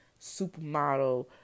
supermodel